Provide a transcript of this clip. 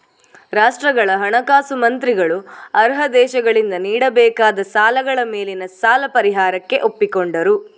ರಾಷ್ಟ್ರಗಳ ಹಣಕಾಸು ಮಂತ್ರಿಗಳು ಅರ್ಹ ದೇಶಗಳಿಂದ ನೀಡಬೇಕಾದ ಸಾಲಗಳ ಮೇಲಿನ ಸಾಲ ಪರಿಹಾರಕ್ಕೆ ಒಪ್ಪಿಕೊಂಡರು